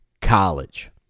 college